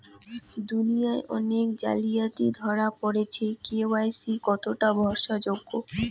দুনিয়ায় অনেক জালিয়াতি ধরা পরেছে কে.ওয়াই.সি কতোটা ভরসা যোগ্য?